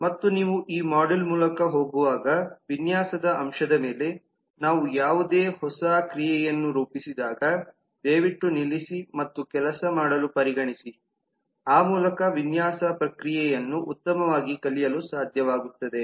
ಮತ್ತು ನೀವು ಈ ಮಾಡ್ಯೂಲ್ ಮೂಲಕ ಹೋಗುವಾಗ ವಿನ್ಯಾಸದ ಅಂಶದ ಮೇಲೆ ನಾವು ಯಾವುದೇ ಹೊಸ ಕ್ರಿಯೆಯನ್ನು ರೂಪಿಸಿದಾಗ ದಯವಿಟ್ಟು ನಿಲ್ಲಿಸಿ ಮತ್ತು ಕೆಲಸ ಮಾಡಲು ಪರಿಗಣಿಸಿ ಆ ಮೂಲಕ ವಿನ್ಯಾಸ ಪ್ರಕ್ರಿಯೆಯನ್ನು ಉತ್ತಮವಾಗಿ ಕಲಿಯಲು ಸಾಧ್ಯವಾಗುತ್ತದೆ